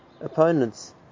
opponents